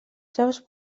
traves